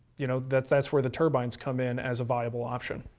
you know that's that's where the turbines come in as a viable option.